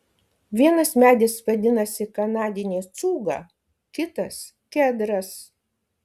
vienas medis vadinasi kanadinė cūga kitas kedras